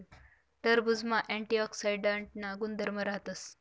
टरबुजमा अँटीऑक्सीडांटना गुणधर्म राहतस